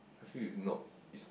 I feel is not is